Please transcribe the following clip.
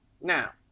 now